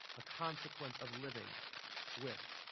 a consequence of living with